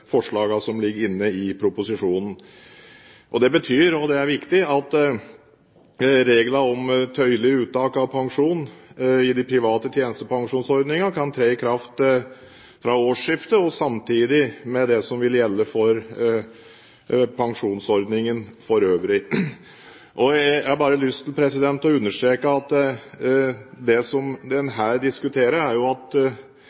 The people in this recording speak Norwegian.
som ligger inne i proposisjonen. Det betyr – og det er viktig – at reglene om tøyelige uttak av pensjon i de private tjenestepensjonsordningene kan tre i kraft fra årsskiftet og samtidig med det som vil gjelde for pensjonsordningen for øvrig. Jeg har bare lyst til å understreke at det som